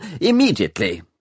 immediately